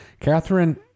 Catherine